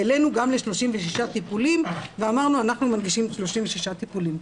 העלינו גם ל-36 טיפולים ואמרנו 'אנחנו מנגישים 36 טיפולים'.